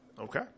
okay